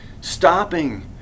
Stopping